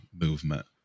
movement